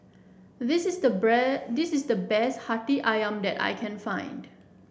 this is the this is the best Hati ayam that I can find